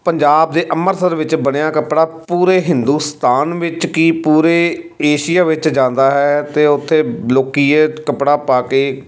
ਪੰਜਾਬ ਦੇ ਅੰਮ੍ਰਿਤਸਰ ਵਿੱਚ ਬਣਿਆ ਕੱਪੜਾ ਪੂਰੇ ਹਿੰਦੁਸਤਾਨ ਵਿੱਚ ਕੀ ਪੂਰੇ ਏਸ਼ੀਆ ਵਿੱਚ ਜਾਂਦਾ ਹੈ ਅਤੇ ਉੱਥੇ ਲੋਕ ਇਹ ਕੱਪੜਾ ਪਾ ਕੇ